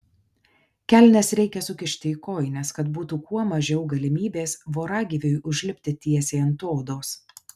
kelnes reikia sukišti į kojines kad būtų kuo mažiau galimybės voragyviui užlipti tiesiai ant odos